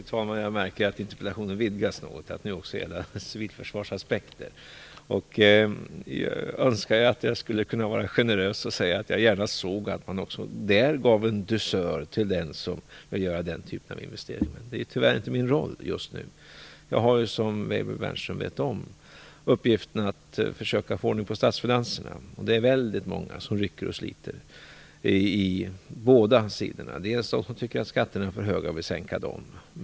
Fru talman! Jag märker att interpellationen har vidgats något, så att den nu också gäller civilförsvarsaspekter. Jag önskar att jag kunde vara generös och säga att jag gärna såg att man också där gav en dusör till den som vill göra den typen av investeringar. Men det är tyvärr inte min roll just nu. Jag har ju, som Peter Weibull Bernström känner till, uppgiften att försöka få ordning på statsfinanserna. Det är väldigt många som rycker och sliter från båda sidorna. Det finns de som tycker att skatterna är för höga och vill att de skall sänkas.